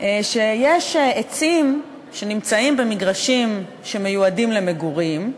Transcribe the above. שיש עצים שנמצאים במגרשים שמיועדים למגורים,